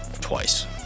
twice